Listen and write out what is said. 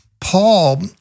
Paul